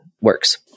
works